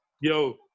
Yo